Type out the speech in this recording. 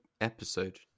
episode